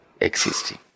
existing